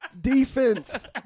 Defense